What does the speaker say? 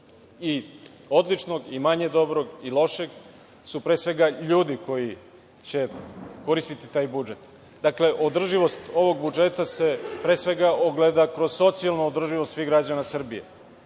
i odličnog i manje dobrog i lošeg su pre svega ljudi koji će koristiti taj budžet. Dakle, održivost ovog budžeta se pre svega ogleda kroz socijalnu održivost svih građana Srbije.